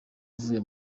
avuye